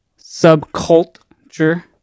Subculture